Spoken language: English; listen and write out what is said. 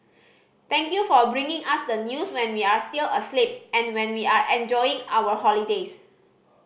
thank you for bringing us the news when we are still asleep and when we are enjoying our holidays